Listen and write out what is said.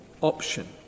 option